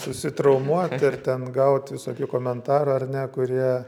susitraumuot ir ten gaut visokių komentarų ar ne kurie